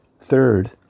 third